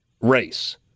race